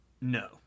No